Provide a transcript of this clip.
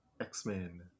X-Men